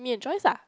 me and Joyce ah